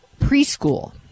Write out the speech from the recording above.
preschool